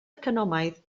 economaidd